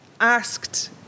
asked